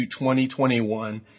2021